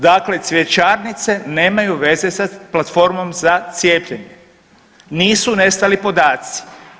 Dakle, cvjećarnice nemaju veze sa platformom za cijepljenje, nisu nestali podaci.